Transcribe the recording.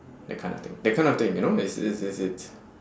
that kind of thing that kind of thing you know it's it's it's it's